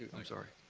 i'm sorry.